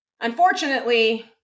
unfortunately